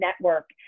network